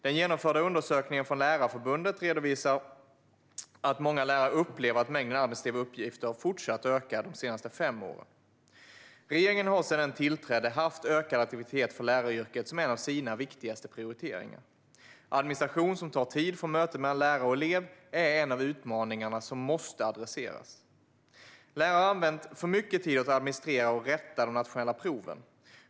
Den genomförda undersökningen från Lärarförbundet redovisar att många lärare upplever att mängden administrativa uppgifter har fortsatt att öka de senaste fem åren. Regeringen har sedan den tillträdde haft ökad attraktivitet för läraryrket som en av sina viktigaste prioriteringar. Administration som tar tid från mötet mellan lärare och elev är en av utmaningarna som måste adresseras. Lärare har använt för mycket tid åt att administrera och rätta de nationella proven.